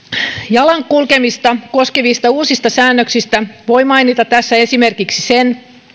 jalan kulkemista koskevista uusista säännöksistä voi mainita tässä esimerkiksi sen